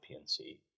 PNC